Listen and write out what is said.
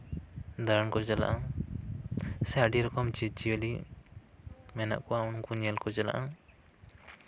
ᱫᱟᱬᱟᱱ ᱠᱚ ᱪᱟᱞᱟᱜᱼᱟ ᱥᱮ ᱟᱹᱰᱤ ᱨᱚᱠᱚᱢ ᱡᱤᱵᱽᱼᱡᱤᱭᱟᱹᱞᱤ ᱢᱮᱱᱟᱜ ᱠᱚᱣᱟ ᱩᱱᱠᱩ ᱧᱮᱞ ᱠᱚ ᱪᱟᱞᱟᱜᱼᱟ